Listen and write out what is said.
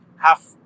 half